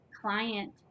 client